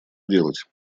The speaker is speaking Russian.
делать